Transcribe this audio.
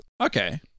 Okay